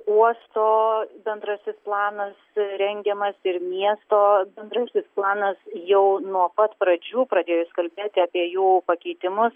uosto bendrasis planas rengiamas ir miesto bendrasis planas jau nuo pat pradžių pradėjus kalbėti apie jo pakeitimus